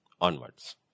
onwards